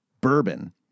bourbon